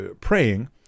praying